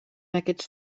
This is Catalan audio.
aquests